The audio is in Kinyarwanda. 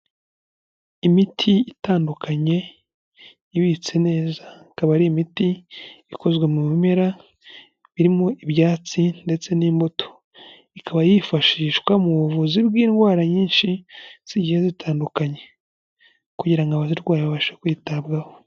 Imiti itandukanye, ibitse neza, ikaba ari imiti, ikozwe mu bimera, birimo ibyatsi, ndetse n'imbuto, ikaba yifashishwa mu buvuzi bw'indwara nyinshi zigiye zitandukanye, kugira ngo abazirwaye babashe kwitabwaho.